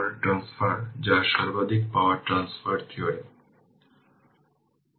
অতএব সর্বোচ্চ পাওয়ার স্থানান্তরের জন্য RL RThevenin 16 Ω এবং pLmax VThevenin 2 বাই 4 RThevenin তাই 64 ওয়াট